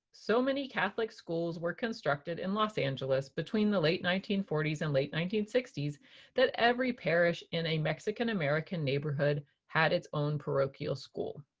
so many catholic schools were constructed in los angeles between the late nineteen forty s and late nineteen sixty s that every parish in a mexican american neighborhood had its own parochial school.